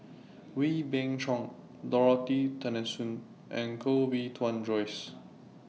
Wee Beng Chong Dorothy Tessensohn and Koh Bee Tuan Joyce